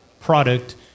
product